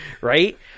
right